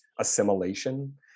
assimilation